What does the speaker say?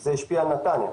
זה השפיע על נתניה.